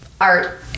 art